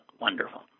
Wonderful